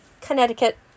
Connecticut